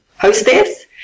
hostess